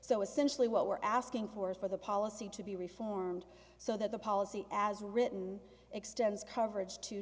so essentially what we're asking for is for the policy to be reformed so that the policy as written extends coverage to